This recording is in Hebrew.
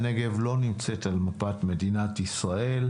הנגב לא נמצא על מפת מדינת ישראל,